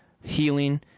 healing